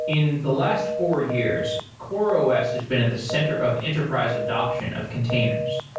in the last four years, coreos has been at the center of enterprise adoption of containers,